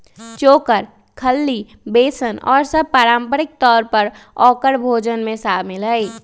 चोकर, खल्ली, बेसन और सब पारम्परिक तौर पर औकर भोजन में शामिल हई